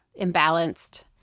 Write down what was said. imbalanced